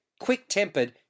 Quick-tempered